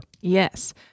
Yes